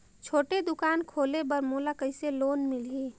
छोटे दुकान खोले बर मोला कइसे लोन मिलही?